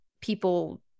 people